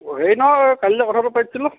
হেৰি নহয় এই কালি যে কথাটো পাতিছিলোঁ